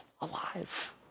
Alive